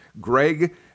Greg